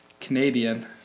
Canadian